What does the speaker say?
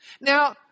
Now